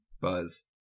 Buzz